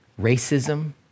racism